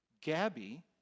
Gabby